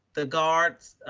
the guards.